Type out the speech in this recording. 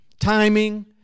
timing